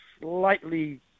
Slightly